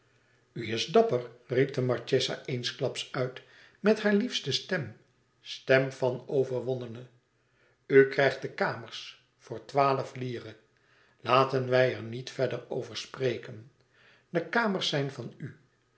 is dapper riep de marchesa eensklaps uit met haar liefste stem stem van overwonnene u krijgt de kamers voor twaalf lire laten wij er niet verder over spreken de kamers zijn van u